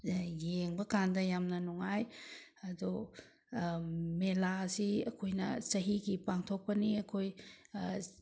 ꯌꯦꯡꯕ ꯀꯥꯟꯗ ꯌꯥꯝꯅ ꯅꯨꯡꯉꯥꯏ ꯑꯗꯨ ꯃꯦꯂꯥꯁꯤ ꯑꯩꯈꯣꯏꯅ ꯆꯍꯤꯒꯤ ꯄꯥꯡꯊꯣꯛꯄꯅꯤ ꯑꯩꯈꯣꯏ